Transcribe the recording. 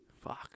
Fuck